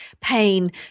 pain